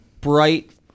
bright